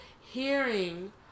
hearing